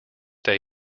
day